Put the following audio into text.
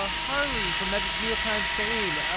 ah harley from epic meal time fame. ah.